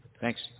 thanks